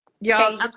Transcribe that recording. Y'all